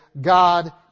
God